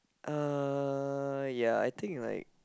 uh ya I think like